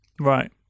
Right